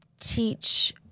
teach